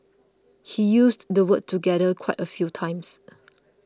he used the word together quite a few times